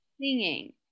singing